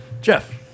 Jeff